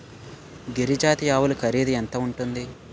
గిరి జాతి ఆవులు ఖరీదు ఎంత ఉంటుంది?